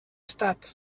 estat